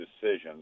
decisions